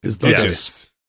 Yes